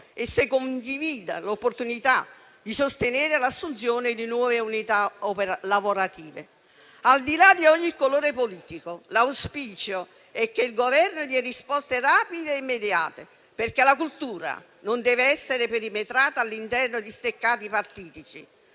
e se condivida l'opportunità di sostenere l'assunzione di nuove unità lavorative. Al di là di ogni colore politico, l'auspicio è che il Governo dia rispose rapide e immediate, perché la cultura non deve essere perimetrata all'interno di steccati partitici.